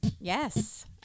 Yes